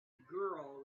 girl